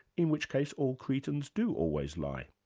in which case all cretans do always lie.